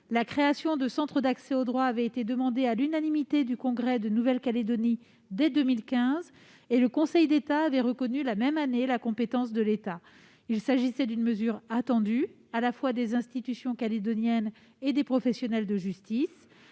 La création de centres d'accès au droit avait été demandée à l'unanimité du Congrès de Nouvelle-Calédonie dès 2015 et le Conseil d'État avait reconnu la même année la compétence de l'État. Il s'agissait d'une mesure attendue à la fois des institutions calédoniennes et des professionnels de la justice.